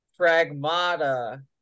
Pragmata